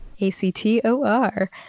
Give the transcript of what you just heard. A-C-T-O-R